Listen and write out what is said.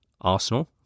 Arsenal